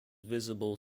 visible